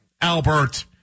Albert